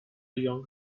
young